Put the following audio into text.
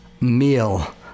meal